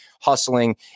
hustling